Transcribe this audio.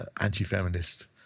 anti-feminist